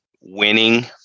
winning